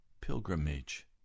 pilgrimage